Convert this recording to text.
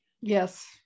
Yes